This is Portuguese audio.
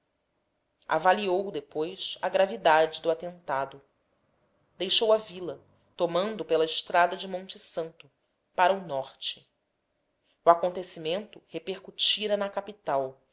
avaliou depois a gravidade do atentado deixou a vila tomando pela estrada de monte santo para o norte o acontecimento repercutia na capital